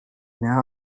now